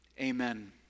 amen